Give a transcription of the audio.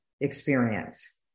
experience